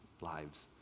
lives